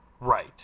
Right